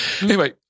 anyway-